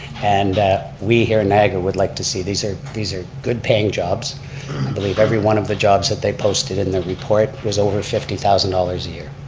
and we here in niagara would like to see, these are these are good paying jobs. i believe every one of the jobs that they posted in the report was over fifty thousand dollars a year,